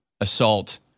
assault